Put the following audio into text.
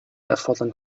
erfordern